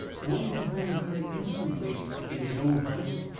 one can hammer very innocently in his own house,